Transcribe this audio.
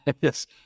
Yes